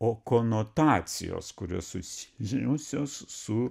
o konotacijos kurios susijusios su